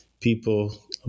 people